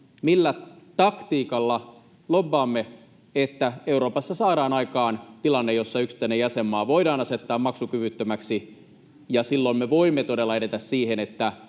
Millä taktiikalla lobbaamme, että Euroopassa saadaan aikaan tilanne, jossa yksittäinen jäsenmaa voidaan asettaa maksukyvyttömäksi? Silloin me voimme todella edetä siihen, että